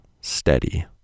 steady